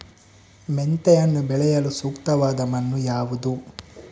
ಮೆಂತೆಯನ್ನು ಬೆಳೆಯಲು ಸೂಕ್ತವಾದ ಮಣ್ಣು ಯಾವುದು?